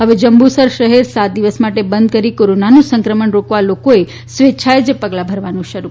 હવે જંબુસર શહેર સાત દિવસ માટે બંધ કરીને કોરોનાનું સંક્રમણ રોકવા લોકોએ સ્વેચ્છા એ જ પગલાં ભરવાનું શરૂ કર્યું છે